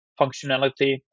functionality